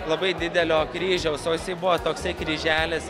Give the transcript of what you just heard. labai didelio kryžiaus o jisai buvo toksai kryželis